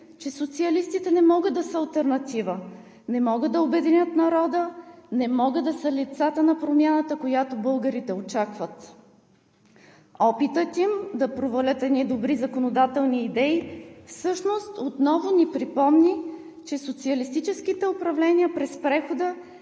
че социалистите не могат да са алтернатива, не могат да обединят народа, не могат да са лицата на промяната, която българите очакват. Опитът им да провалят едни добри законодателни идеи всъщност отново ни припомни, че социалистическите управления през прехода